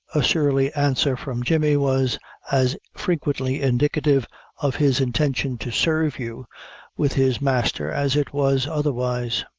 a surly answer from jemmy was as frequently indicative of his intention to serve you with his master as it was otherwise